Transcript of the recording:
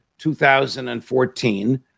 2014